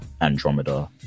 Andromeda